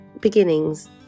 beginnings